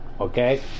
Okay